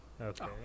okay